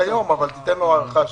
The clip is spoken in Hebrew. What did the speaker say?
אני רוצה לדעת.